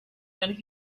when